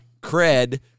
cred